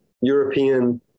European